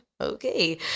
Okay